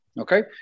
Okay